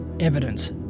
evidence